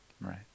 Right